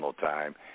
time